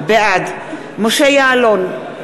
בעד משה יעלון,